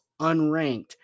unranked